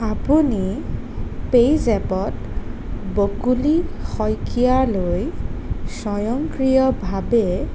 আপুনি পে'জেপত বকুলি শইকীয়ালৈ স্বয়ংক্ৰিয়ভাৱে